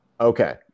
Okay